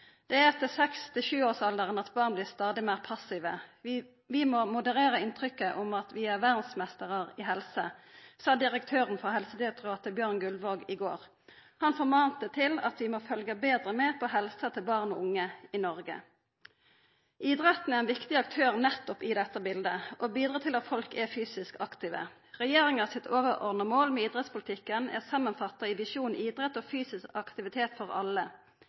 Det er frå seks–sjuårsalderen at barn blir stadig meir passive. Vi må moderera inntrykket av at vi er verdsmeistrar i helse, sa direktøren i Helsedirektoratet, Bjørn Guldvog, i går. Han mante til at vi må følgja betre med på helsa til barn og unge i Noreg. Idretten er ein viktig aktør nettopp i dette bildet og bidreg til at folk er fysisk aktive. Regjeringa sitt overordna mål med idrettspolitikken er samanfatta i visjonen: idrett og fysisk aktivitet for alle.